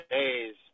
days